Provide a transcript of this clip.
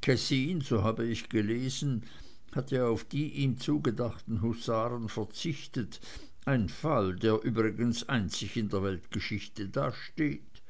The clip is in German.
kessin so habe ich gelesen hat ja auf die ihm zugedachten husaren verzichtet ein fall der übrigens einzig in der weltgeschichte dasteht